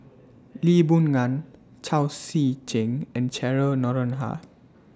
Lee Boon Ngan Chao Tzee Cheng and Cheryl Noronha